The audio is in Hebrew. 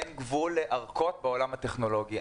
אין גבול לארכות בעולם הטכנולוגי.